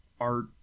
art